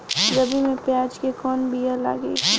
रबी में प्याज के कौन बीया लागेला?